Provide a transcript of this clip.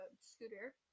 scooter